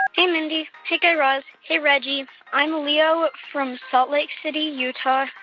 hey, mindy. hey, guy raz. hey, reggie. i'm leo from salt lake city, utah.